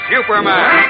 Superman